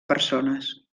persones